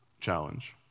challenge